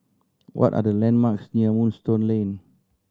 what are the landmarks near Moonstone Lane